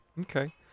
Okay